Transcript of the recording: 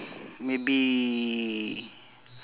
maybe